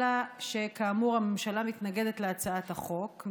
אלא שכאמור הממשלה מתנגדת להצעת החוק,